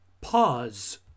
pause